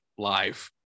live